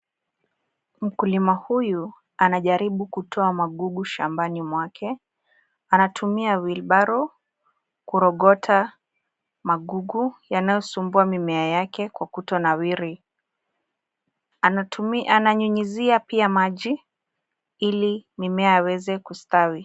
Mkulima huyu, anajaribu kutoa magugu shambani mwake. Anatumia wilbaro, kuokota magugu yanayosumbua mimea yake kwa kuto nawiri. Ananyunyizia pia maji, ili mimea yaweze kustawi.